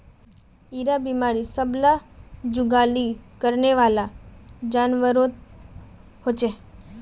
इरा बिमारी सब ला जुगाली करनेवाला जान्वारोत होचे